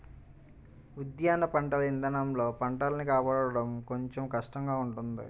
ఉద్యాన పంటల ఇదానంలో పంటల్ని కాపాడుకోడం కొంచెం కష్టంగా ఉంటది